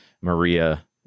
Maria